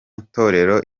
itorero